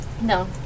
No